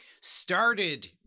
started